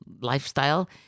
lifestyle